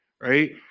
right